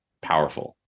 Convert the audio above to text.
powerful